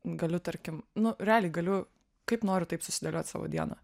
galiu tarkim nu realiai galiu kaip noriu taip susidėliot savo dieną